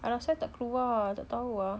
I rasa tak keluar tak tau ah